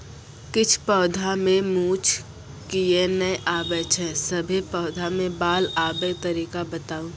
किछ पौधा मे मूँछ किये नै आबै छै, सभे पौधा मे बाल आबे तरीका बताऊ?